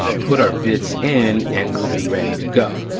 ah put our bits in and we'll be ready to go.